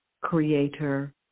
creator